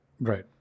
Right